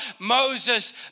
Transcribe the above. Moses